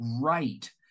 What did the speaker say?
right